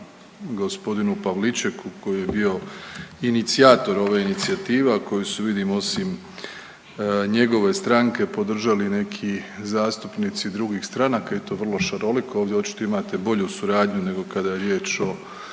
g. Pavličeku koji je bio inicijator ove inicijative, a koju su vidim osim njegove stranke podržali i neki zastupnici drugih stranaka i to vrlo šaroliko, ovdje očito imate bolju suradnju nego kada je riječ o